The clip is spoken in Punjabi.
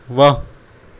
ਵਾਹ